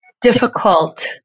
difficult